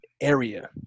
area